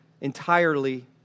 entirely